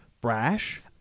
brash